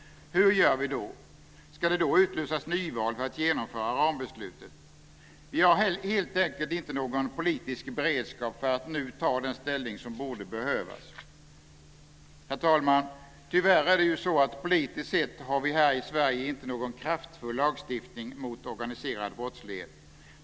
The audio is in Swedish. Hur gör vi då? Ska det då utlysas nyval för att genomföra rambeslutet? Vi har helt inte någon politisk beredskap för att nu ta den ställning som borde behövas. Herr talman! Tyvärr har vi ju politiskt sett här i Sverige inte någon kraftfull lagstiftning mot organiserad brottslighet.